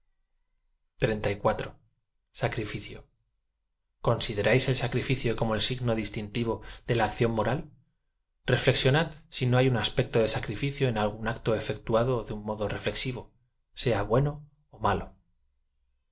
crificio conaideráib el sacrificio como el signo distintivo de la acciód moral refiexionad si no h ay un aspecto de sacrificio en algún acto efectuado de un modo refiexi vo sea bneno ó malo